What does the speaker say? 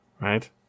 right